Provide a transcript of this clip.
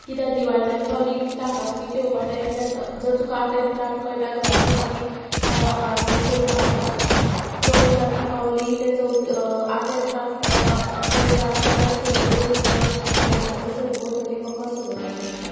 किद्या दिवाळी लागीं पावली विकतो आकाशदिवो घेवपा टेंशन ना जर तुका आर्ट एंड क्राफ्ट कयटा घराकूच आमी आकाशदिवो करून लावपा शकतात चवथ लागीं पावली ते चवती आर्ट एंड क्राफ्टा कयटा जाल्यार फुलां कोरून आमी मकराचे सरभोंवतणी मकर सजोवपा शकतात